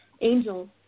Angel